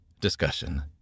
Discussion